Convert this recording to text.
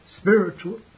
spiritual